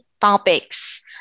topics